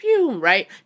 Right